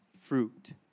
fruit